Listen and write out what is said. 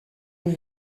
vous